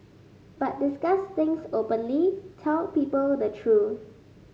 but discuss things openly tell people the truth